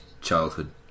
childhood